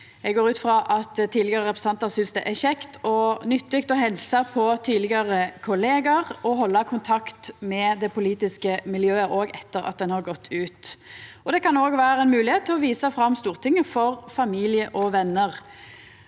Eg går ut frå at tidlegare representantar synest det er kjekt og nyttig å helsa på tidlegare kollegaer og halda kontakt med det politiske miljøet òg etter at ein har gått ut, og det kan vera ei moglegheit til å visa fram Stortinget for familie og vener.